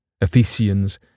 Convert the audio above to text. Ephesians